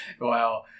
Wow